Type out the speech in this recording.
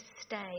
stay